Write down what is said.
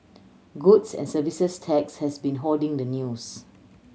goods and Services Tax has been hoarding the news